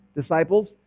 Disciples